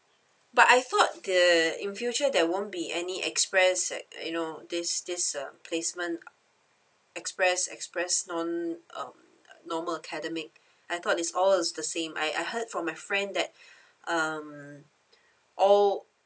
but I thought the in future there won't be any express that you know this this um placement express express non um uh normal academic I thought is all is the same I I heard from my friend that um all